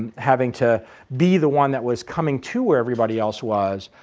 having to be the one that was coming to where everybody else was,